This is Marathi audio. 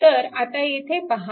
तर आता येथे पहा